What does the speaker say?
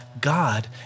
God